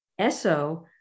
Esso